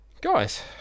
Guys